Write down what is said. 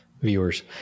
viewers